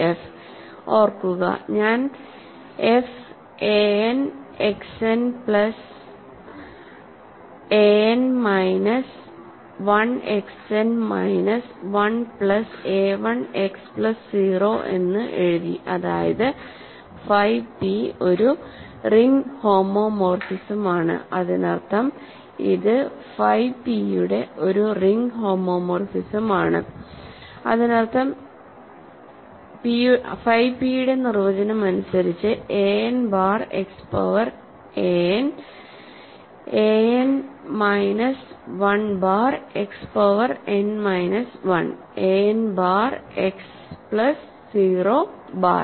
f ഓർക്കുക ഞാൻ f an X n plus an minus 1 X n minus 1 plus a 1 x plus 0 എന്ന് എഴുതി അതായത് ഫൈ p ഒരു റിംഗ് ഹോമോമോർഫിസമാണ് ഇതിനർത്ഥം ഇത് ഫൈ p യുടെ നിർവചനം അനുസരിച്ച് an bar x power an an minus 1 bar x power n minus 1 an bar x plus 0 bar